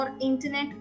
internet